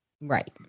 Right